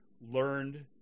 learned